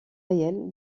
réel